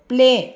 play